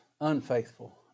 unfaithful